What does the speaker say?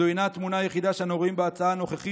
זו אינה התמונה היחידה שאנחנו רואים בהצעה הנוכחית.